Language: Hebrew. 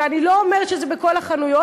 ואני לא אומרת שזה בכל החנויות,